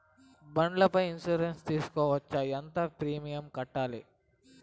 బండ్ల పై ఇన్సూరెన్సు సేసుకోవచ్చా? ఎంత ప్రీమియం కట్టాలి?